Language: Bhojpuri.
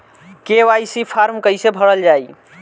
के.वाइ.सी फार्म कइसे भरल जाइ?